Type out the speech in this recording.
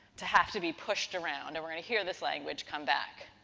to have to be pushed around, and we're going to hear this language come back.